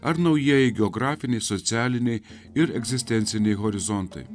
ar naujieji geografinėje socialinėje ir egzistenciniai horizontai